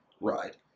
ride